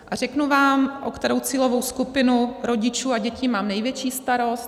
A řeknu vám, o kterou cílovou skupinu rodičů a dětí mám největší starost.